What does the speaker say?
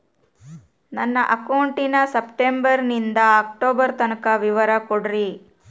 ನನ್ನ ಅಕೌಂಟಿನ ಸೆಪ್ಟೆಂಬರನಿಂದ ಅಕ್ಟೋಬರ್ ತನಕ ವಿವರ ಕೊಡ್ರಿ?